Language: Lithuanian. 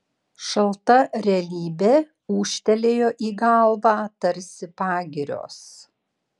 šalta realybė ūžtelėjo į galvą tarsi pagirios